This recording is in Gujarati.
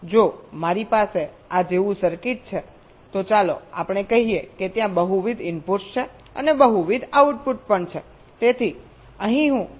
પરંતુ જો મારી પાસે આ જેવું સર્કિટ છે તો ચાલો આપણે કહીએ કે ત્યાં બહુવિધ ઇનપુટ્સ છે અને બહુવિધ આઉટપુટ પણ છે